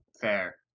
Fair